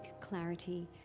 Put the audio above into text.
clarity